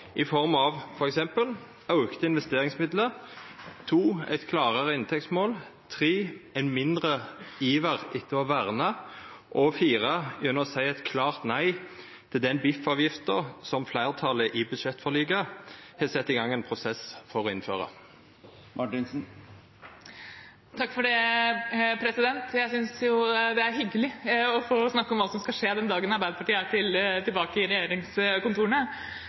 i form av f.eks. auka investeringsmidlar, eit klarare inntektsmål, ein mindre iver etter å verna og å seia eit klart nei til den biffavgifta som fleirtalet i budsjettforliket har sett i gang ein prosess for å innføra? Jeg synes det er hyggelig å få snakke om hva som skal skje den dagen Arbeiderpartiet er tilbake i regjeringskontorene.